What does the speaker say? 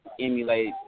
emulate